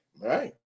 right